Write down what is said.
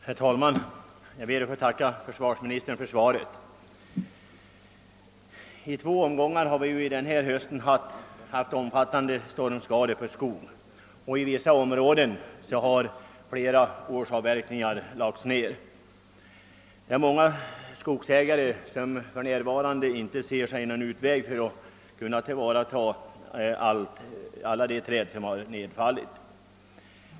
Herr talman! Jag ber att få tacka försvarsministern för svaret på min fråga. Vi har denna höst i två omgångar fått vidkännas omfattande stormskador på skog. Inom vissa områden har träd motsvarande flera = årsavverkningar lagts ned av stormen. Många skogsägare ser för närvarande inte någon utväg att kunna tillvarata alla de träd som fällts.